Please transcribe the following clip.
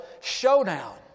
showdown